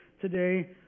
today